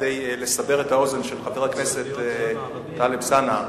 כדי לסבר את האוזן של חבר הכנסת טלב אלסאנע: